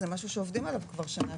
זה משהו שעובדים עליו כבר שנה.